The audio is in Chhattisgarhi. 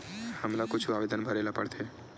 हमला कुछु आवेदन भरेला पढ़थे?